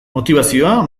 motibazioa